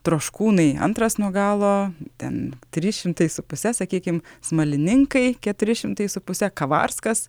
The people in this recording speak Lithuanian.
troškūnai antras nuo galo ten trys šimtai su puse sakykim smalininkai keturi šimtai su puse kavarskas